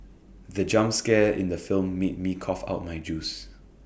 the jump scare in the film made me cough out my juice